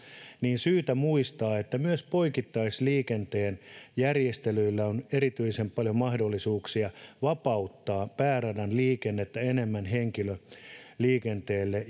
niin on syytä muistaa että myös poikittaisliikenteen järjestelyillä on erityisen paljon mahdollisuuksia vapauttaa pääradan liikennettä enemmän henkilöliikenteelle